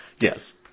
Yes